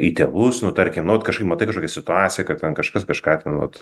į tėvus nu tarkim nu vat kažkaip matai kažkokią situaciją kad ten kažkas kažką ten vat